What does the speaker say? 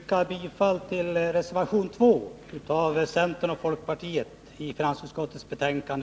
Herr talman! Jag ber att få yrka bifall till reservation 2 av centern och folkpartiet i finansutskottets betänkande.